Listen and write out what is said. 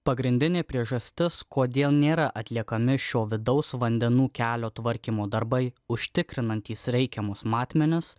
pagrindinė priežastis kodėl nėra atliekami šio vidaus vandenų kelio tvarkymo darbai užtikrinantys reikiamus matmenis